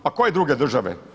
Pa koje druge države?